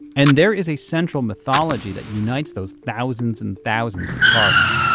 and there is a central mythology that unites those thousands and thousands of cards.